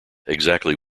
exactly